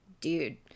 dude